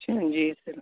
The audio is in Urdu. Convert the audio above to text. اچھا جی سر